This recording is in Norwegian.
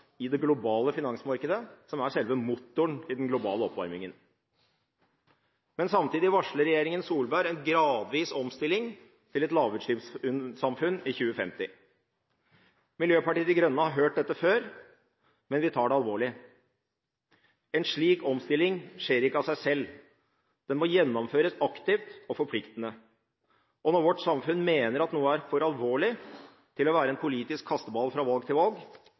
i det globale finansmarkedet, som er selve motoren i den globale oppvarmingen. Samtidig varsler regjeringen Solberg en gradvis omstilling til et lavutslippssamfunn i 2050. Miljøpartiet De Grønne har hørt dette før, men vi tar det alvorlig. En slik omstilling skjer ikke av seg selv. Den må gjennomføres aktivt og forpliktende. Når vårt samfunn mener at noe er for alvorlig til å være en politisk kasteball fra valg til valg,